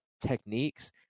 techniques